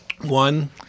One